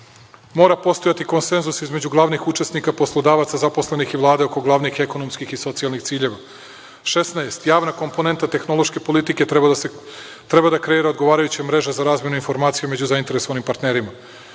mora postojati konsenzus između glavnih učesnika poslodavaca, zaposlenih i Vlade oko glavnih ekonomskih i socijalnih ciljeva. Šesnaest – javna komponenta tehnološke politike treba da kreira odgovarajuću mrežu za razvojnu informaciju među zainteresovanim partnerima.